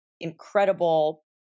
incredible